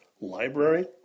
Library